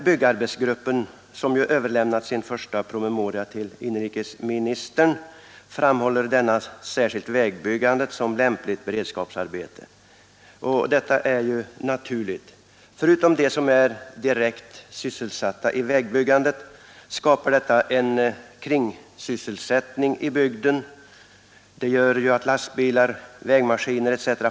Byggarbetsgruppen, som ju överlämnat sin första promemoria till inrikesministern, framhåller särskilt vägbyggandet som lämpligt beredskapsarbete. Detta är naturligt. Förutom att det ger arbete åt dem som är direkt sysselsatta med vägbyggandet skapar det en ”kringsysselsättning” i bygden. Lastbilar, vägmaskiner etc.